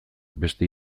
beste